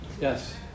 Yes